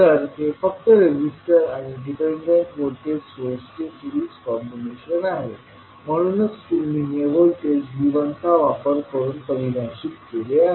तर हे फक्त रेझिस्टर आणि डिपेंडंट व्होल्टेज सोर्सचे सिरीज कॉम्बिनेशन आहे म्हणूनच तुम्ही हे व्होल्टेज V1 चा वापर करून परिभाषित केले आहे